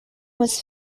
was